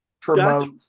promote